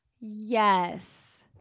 Yes